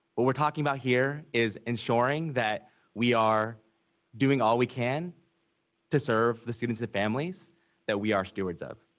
what we're talking about here is ensuring that we are doing all we can to serve the students and families that we are stewards of.